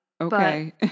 Okay